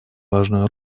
важную